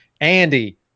Andy